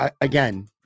again